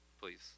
please